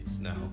Now